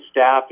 staff